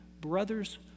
Brothers